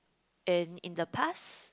and in the past